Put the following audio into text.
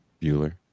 Bueller